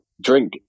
drink